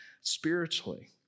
spiritually